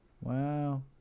Wow